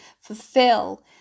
fulfill